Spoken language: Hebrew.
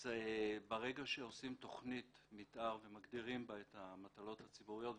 ברגע שעושים תכנית מתאר ומגדירים בה את המטלות הציבוריות,